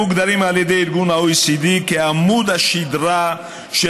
הם מוגדרים על ידי ארגון ה-OECD כעמוד השדרה של